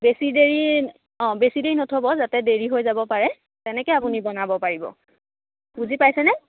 বেছি দেৰি অ' বেছি দেৰি নথব যাতে দেৰি হৈ যাব পাৰে তেনেকেই আপুনি বনাব পাৰিব বুজি পাইছেনে